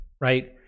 right